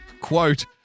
Quote